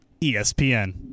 ESPN